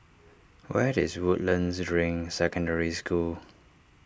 where is Woodlands Ring Secondary School